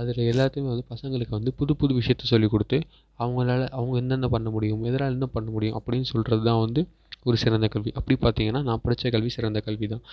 அதில் எல்லாத்தையுமே வந்து பசங்களுக்கு வந்து புதுப் புது விஷயத்தை சொல்லிக் கொடுத்து அவங்களால அவங்க என்னென்ன பண்ண முடியுமோ இதலாம் இன்னும் பண்ண முடியும் அப்படின்னு சொல்கிறது தான் வந்து ஒரு சிறந்த கல்வி அப்படி பார்த்தீங்கன்னா நான் படிச்ச கல்வி சிறந்த கல்வி தான்